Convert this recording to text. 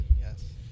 Yes